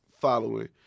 following